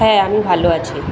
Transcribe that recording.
হ্যাঁ আমি ভালো আছি